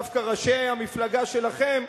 דווקא ראשי המפלגה שלכם,